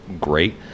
great